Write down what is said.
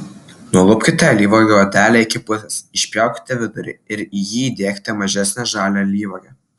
nulupkite alyvuogių odelę iki pusės išpjaukite vidurį ir į jį įdėkite mažesnę žalią alyvuogę